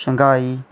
Shanghai